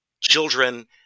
Children